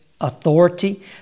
authority